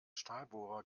stahlbohrer